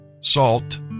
Salt